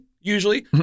usually